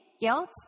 guilt